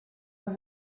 won